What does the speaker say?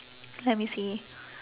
let me see